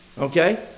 Okay